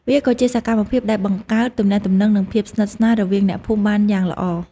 វាក៏ជាសកម្មភាពដែលបង្កើតទំនាក់ទំនងនិងភាពស្និទ្ធស្នាលរវាងអ្នកភូមិបានយ៉ាងល្អ។